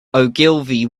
ogilvy